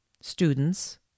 students